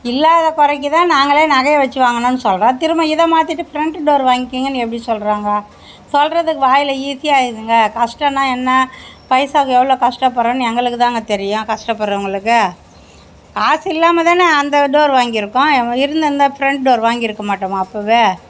இல்லாத குறைக்குத்தான் நாங்கள் நகையை வச்சு வாங்கினோன்னு சொல்கிறோம் திரும்ப இதை மாத்திவிட்டு ஃபிரண்ட் டோர் வாங்கிக்கங்கன்னு எப்படி சொல்கிறாங்க சொல்கிறதுக்கு வாயில் ஈசியாக ஆகிடுதுங்க கஷ்டனா என்ன பைசாக்கு எவ்வளோ கஷ்டபடுறோம்னு எங்களுக்குத்தாங்க தெரியும் கஷ்டப்பட்றவங்களுக்கு காசு இல்லாமல் தான் அந்த டோர் வாங்கியிருக்கோம் இருந்திருந்தால் ஃபிரண்ட் டோர் வாங்கி இருக்க மாட்டோமா அப்போவே